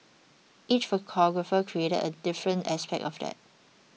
each photographer created a different aspect of that